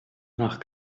nach